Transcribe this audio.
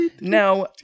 Now